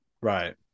Right